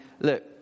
look